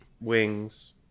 Wings